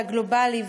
והגלובלי,